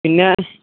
പിന്നെ